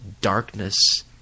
darkness